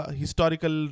historical